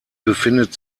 befindet